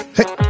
Hey